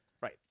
Right